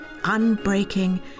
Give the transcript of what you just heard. unbreaking